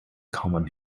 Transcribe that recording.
common